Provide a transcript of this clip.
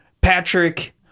Patrick